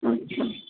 अच्छा ठीक